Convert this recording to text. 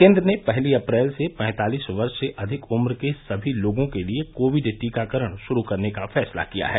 केंद्र ने पहली अप्रैल से पैंतालीस वर्ष से अधिक उम्र के सभी लोगों के लिए कोविड टीकाकरण शुरू करने का फैसला किया है